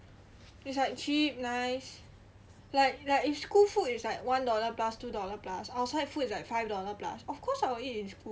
it's like cheap nice like like school food is like one dollar plus two dollar plus outside food is like five dollar plus of course I will eat in school